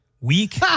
week